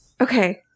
okay